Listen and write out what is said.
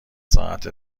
ساعت